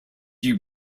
you